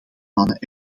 mannen